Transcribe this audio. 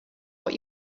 what